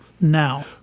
now